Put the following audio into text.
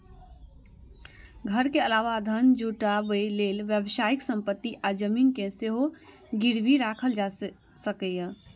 घर के अलावा धन जुटाबै लेल व्यावसायिक संपत्ति आ जमीन कें सेहो गिरबी राखल जा सकैए